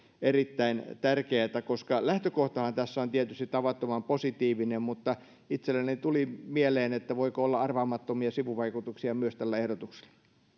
erittäin tärkeätä koska vaikka lähtökohtahan tässä on tietysti tavattoman positiivinen niin itselläni tuli mieleen voiko olla myös arvaamattomia sivuvaikutuksia tällä ehdotuksella